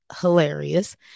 hilarious